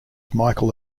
michael